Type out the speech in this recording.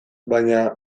baina